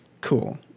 Cool